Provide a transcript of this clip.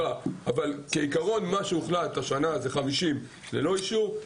כעיקרון השנה הוחלט על 50 ללא אישור,